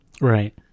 Right